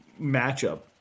matchup